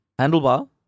handlebar